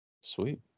Sweet